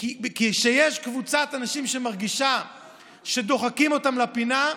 כי כשיש קבוצת אנשים שמרגישה שדוחקים אותה לפינה,